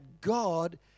God